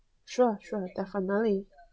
sure sure definitely